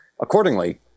Accordingly